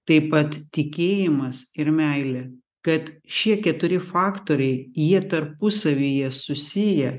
taip pat tikėjimas ir meilė kad šie keturi faktoriai jie tarpusavyje susiję